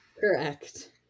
Correct